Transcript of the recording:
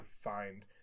find